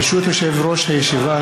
ברשות יושב-ראש הישיבה,